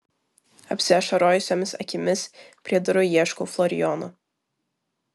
apsiašarojusiomis akimis prie durų ieškau florijono